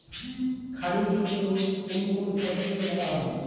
খারিফ শস্য কোন কোন ফসলকে বলা হয়?